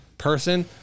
person